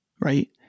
right